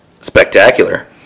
Spectacular